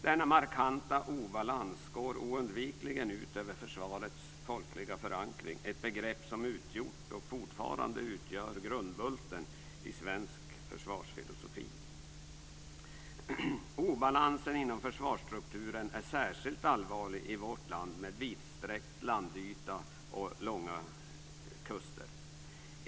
Denna markanta obalans går oundvikligen ut över försvarets folkliga förankring, ett begrepp som utgjort och fortfarande utgör grundbulten i svensk försvarsfilosofi. Obalansen inom försvarsstrukturen är särskilt allvarlig i vårt land med vidsträckt landyta och långa kuster.